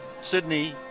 Sydney